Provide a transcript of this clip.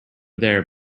there